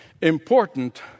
important